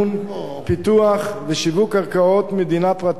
פיתוח ושיווק קרקעות מדינה וקרקעות פרטיות